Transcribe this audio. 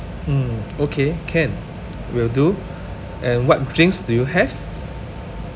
mm okay can will do and what drinks do you have